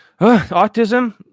Autism